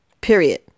Period